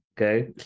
okay